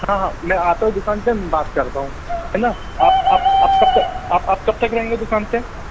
हाँ हाँ मैं आता हूँ दुकान पर मैं बात करता हूँ हैना आप आप आप कब तक आप आप कब तक रहेंगे दुकान पर